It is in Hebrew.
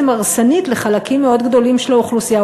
הרסנית לחלקים מאוד גדולים של האוכלוסייה,